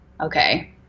okay